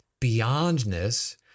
beyondness